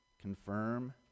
confirm